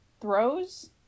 throws